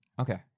Okay